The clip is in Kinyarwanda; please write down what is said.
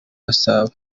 gasabo